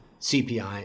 CPI